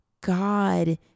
God